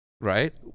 Right